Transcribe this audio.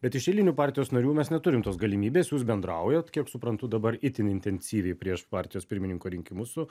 bet iš eilinių partijos narių mes neturim tos galimybės jūs bendraujat kiek suprantu dabar itin intensyviai prieš partijos pirmininko rinkimus su